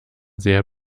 sehr